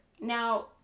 Now